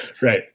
Right